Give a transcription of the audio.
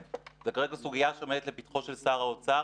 זו כרגע סוגיה שעומדת לפתחו של שר האוצר.